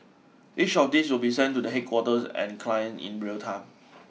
each of these will be sent to the headquarters and clients in real time